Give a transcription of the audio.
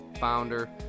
founder